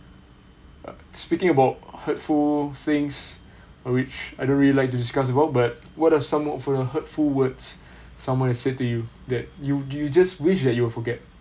speaking about hurtful things which I don't really like to discuss about but what are some of the hurtful words someone had say to you that you you just wish that you will forget